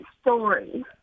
story